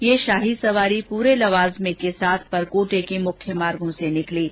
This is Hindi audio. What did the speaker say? ये शाही सवारी पूरे लवाजमे के साथ परकोटे के मुख्य मार्गों से निकलेगी